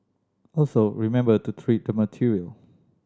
also remember to treat the material